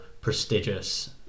prestigious